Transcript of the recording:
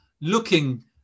looking